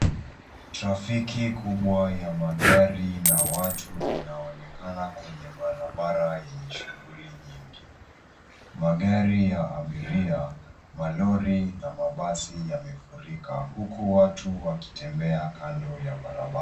Trafiki kubwa ya magari na watu inaonekana kwenye barabara yenye shughuli nyingi. Magari ya abiria, malori na mabasi yamefurika huku watu wakitembea kando ya barabara.